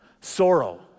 Sorrow